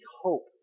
hope